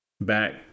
back